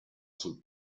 sul